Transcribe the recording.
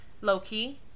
Low-key